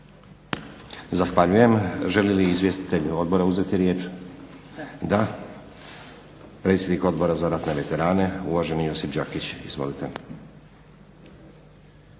Zahvaljujem. Žele li izvjestitelji odbora uzeti riječ? Da. Predsjednik Odbora za ratne veterane, uvaženi Josip Đakić. Izvolite.